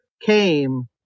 came